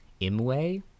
Imwe